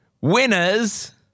winners